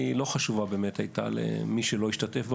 היא לא באמת הייתה חשובה למי שלא השתתף בה,